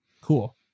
cool